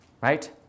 right